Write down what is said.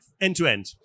end-to-end